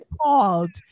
called